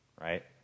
right